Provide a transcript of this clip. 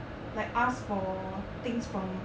like ask for things from